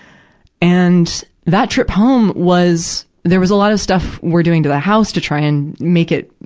and, that trip home was, there was a lot of stuff we're doing to the house to try and make it,